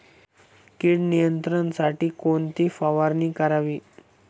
कीड नियंत्रणासाठी कोणती फवारणी करावी?